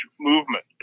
movement